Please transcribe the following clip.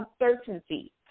uncertainty